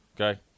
okay